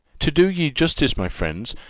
to do ye justice, my friends,